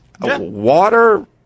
Water